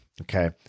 Okay